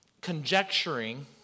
conjecturing